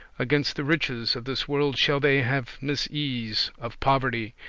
against the riches of this world shall they have misease of poverty,